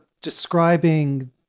describing